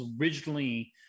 originally